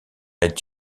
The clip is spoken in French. est